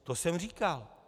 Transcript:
To jsem říkal.